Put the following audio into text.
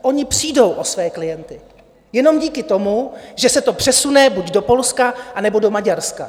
Oni přijdou o své klienty jenom díky tomu, že se to přesune buď do Polska nebo do Maďarska.